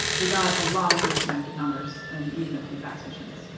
we got a lot of disconnected numbers and even a few fax machines.